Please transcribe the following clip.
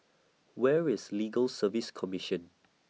Where IS Legal Service Commission